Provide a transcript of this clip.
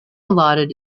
allotted